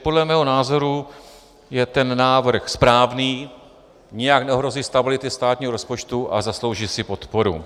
Podle mého názoru je ten návrh správný, nijak neohrozí stability státního rozpočtu a zaslouží si podporu.